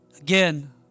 Again